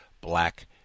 black